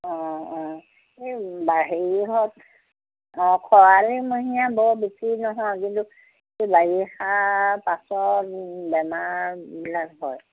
অঁ অঁ এই হেৰিয়ত অঁ খৰালিমহীয়া বৰ বিক্ৰী নহয় কিন্তু এই বাৰিষা পাছত বেমাৰবিলাক হয়